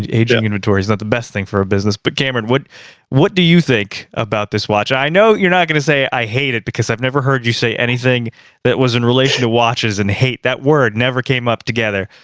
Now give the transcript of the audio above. aging inventory is not the best thing for a business. but cameron, what what do you think about this watch? i know you're not gonna say i hate it because i've never heard you say anything that was in relation to watches and hate. that word never came up together.